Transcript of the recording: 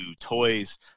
toys